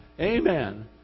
amen